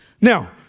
Now